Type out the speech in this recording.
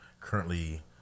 currently